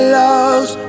loves